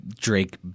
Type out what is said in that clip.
Drake